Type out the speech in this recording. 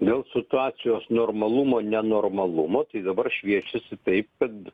dėl situacijos normalumo nenormalumo tai dabar šviečiasi taip kad